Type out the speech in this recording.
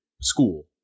school